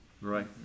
Right